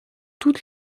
toute